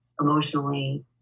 emotionally